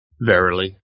Verily